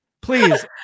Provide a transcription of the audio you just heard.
Please